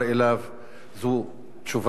זו תשובה מספקת.